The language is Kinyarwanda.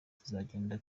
tuzagenda